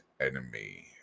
enemy